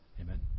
Amen